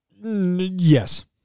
Yes